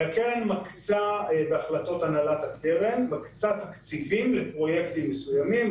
הקרן מקצה בהחלטות הנהלת הקרן תקציבים לפרויקטים מסוימים.